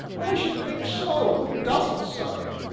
well, i should think so who doesn't, sir?